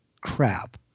crap